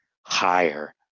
higher